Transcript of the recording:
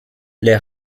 les